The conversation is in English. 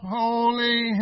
holy